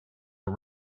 are